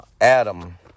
Adam